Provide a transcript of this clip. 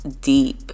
deep